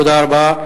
תודה רבה.